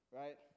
right